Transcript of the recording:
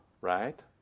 right